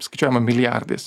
skaičiuojama milijardais